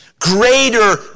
Greater